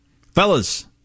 Fellas